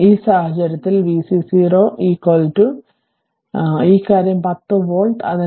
അതിനാൽ ഈ സാഹചര്യത്തിൽ vc 0 ഈ കാര്യം 10 വോൾട്ട്